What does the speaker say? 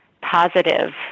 positive